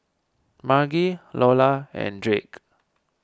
Margy Lola and Drake